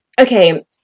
okay